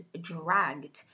dragged